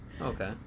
Okay